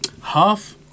Half